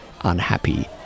unhappy